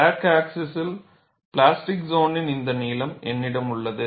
crack axis plastic சோனின் இந்த நீளம் என்னிடம் உள்ளது